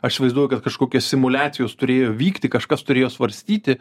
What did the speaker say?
aš įvaizduoju kad kažkokia simuliacijos turėjo vykti kažkas turėjo svarstyti